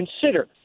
consider